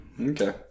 Okay